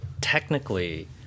technically